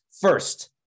First